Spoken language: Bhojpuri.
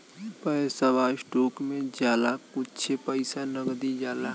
पैसवा स्टोक मे जाला कुच्छे पइसा नगदी जाला